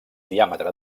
diàmetre